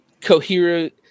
coherent